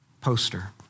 poster